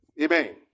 Amen